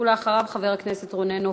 אחריו, חבר הכנסת רונן הופמן.